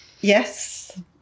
Yes